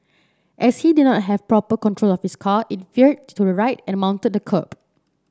as he did not have proper control of his car it veered to the right and mounted the kerb